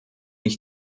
ich